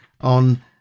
on